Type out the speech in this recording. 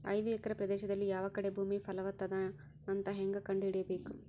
ಐದು ಎಕರೆ ಪ್ರದೇಶದಲ್ಲಿ ಯಾವ ಕಡೆ ಭೂಮಿ ಫಲವತ ಅದ ಅಂತ ಹೇಂಗ ಕಂಡ ಹಿಡಿಯಬೇಕು?